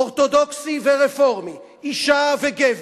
אורתודוקסי ורפורמי, אשה וגבר.